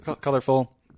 colorful